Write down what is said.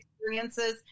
experiences